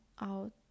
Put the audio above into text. out